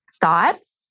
thoughts